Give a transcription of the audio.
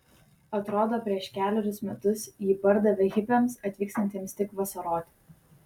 atrodo prieš kelerius metus jį pardavė hipiams atvykstantiems tik vasaroti